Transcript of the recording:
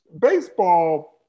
baseball